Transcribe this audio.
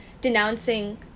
denouncing